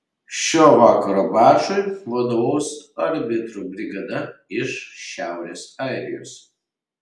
šio vakaro mačui vadovaus arbitrų brigada iš šiaurės airijos